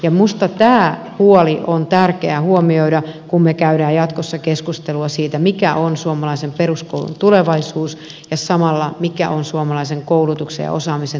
minusta tämä huoli on tärkeää huomioida kun me käymme jatkossa keskustelua siitä mikä on suomalaisen peruskoulun tulevaisuus ja samalla siitä mikä on suomalaisen koulutuksen ja osaamisen tulevaisuus